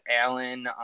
Alan